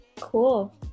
Cool